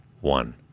one